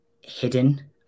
hidden